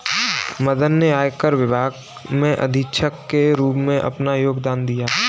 मदन ने आयकर विभाग में अधीक्षक के रूप में अपना योगदान दिया